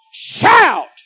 Shout